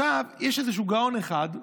עכשיו, יש איזשהו גאון אחד,